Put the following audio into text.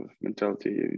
mentality